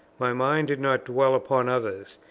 my mind did not dwell upon others,